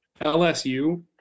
LSU